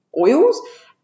oils